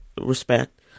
respect